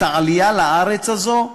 את העלייה לארץ הזאת,